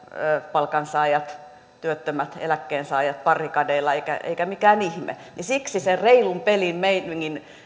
palkansaajat työttömät eläkkeensaajat barrikadeilla eikä mikään ihme siksi sen reilun pelin meiningin